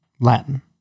Latin